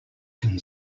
can